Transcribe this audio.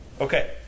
Okay